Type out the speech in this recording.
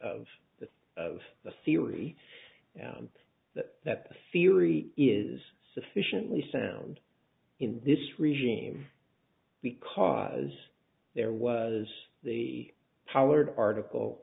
of the of the theory that the theory is sufficiently sound in this regime because there was the pollard article